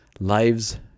Lives